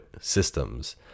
systems